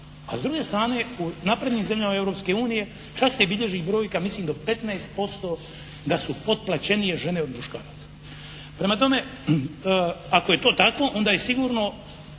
a s druge strane u naprednim zemljama Europske unije čak se i bilježi brojka mislim do 15% da su potplaćenije žene od muškaraca. Prema tome, ako je to tako onda je sigurno